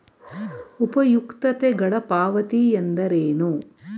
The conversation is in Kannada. ಉಪಯುಕ್ತತೆಗಳ ಪಾವತಿ ಎಂದರೇನು?